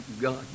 God